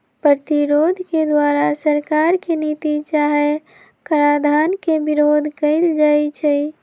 प्रतिरोध के द्वारा सरकार के नीति चाहे कराधान के विरोध कएल जाइ छइ